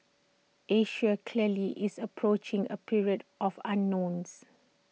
Asia clearly is approaching A period of unknowns